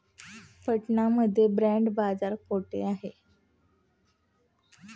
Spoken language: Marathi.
पटना मध्ये बॉंड बाजार कुठे आहे?